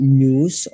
news